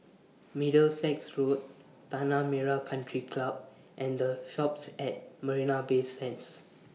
Middlesex Road Tanah Merah Country Club and The Shoppes At Marina Bay Sands